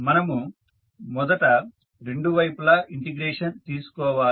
మనము మొదట రెండు వైపులా ఇంటిగ్రేషన్ తీసుకోవాలి